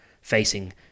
facing